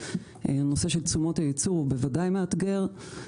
הנושא של תשומות היצור בוודאי מאתגר.